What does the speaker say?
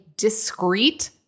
discrete